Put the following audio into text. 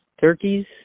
turkeys